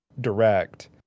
direct